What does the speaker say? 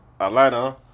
Atlanta